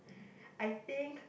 I think